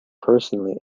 personally